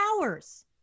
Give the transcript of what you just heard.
hours